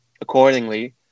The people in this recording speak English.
accordingly